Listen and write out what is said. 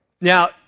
Now